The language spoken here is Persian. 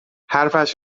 حرفش